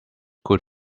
good